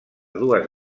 dues